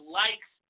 likes